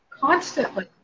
constantly